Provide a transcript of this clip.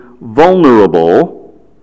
vulnerable